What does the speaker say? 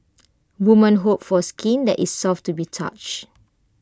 women hope for skin that is soft to be touch